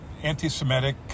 anti-Semitic